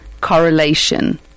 correlation